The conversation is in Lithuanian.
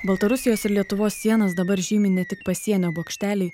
baltarusijos ir lietuvos sienas dabar žymi ne tik pasienio bokšteliai